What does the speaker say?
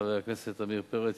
חבר הכנסת עמיר פרץ,